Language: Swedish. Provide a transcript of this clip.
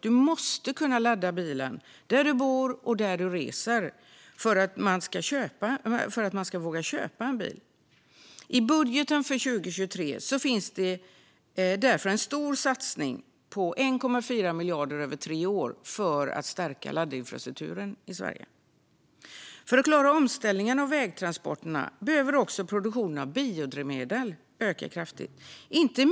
Man måste kunna ladda bilen där man bor och där man reser om man ska våga köpa en elbil. I budgeten för 2023 finns därför en stor satsning på 1,4 miljarder över tre år för att stärka laddinfrastrukturen i Sverige. För att vi ska klara omställningen av vägtransporterna behöver också produktionen av biodrivmedel öka kraftigt.